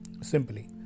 simply